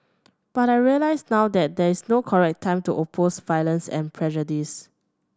but I realise now that there is no correct time to oppose violence and prejudice